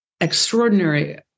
extraordinary